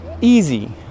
Easy